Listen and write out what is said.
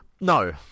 No